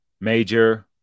Major